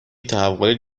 تحول